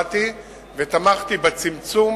באתי ותמכתי בצמצום